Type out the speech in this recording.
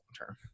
long-term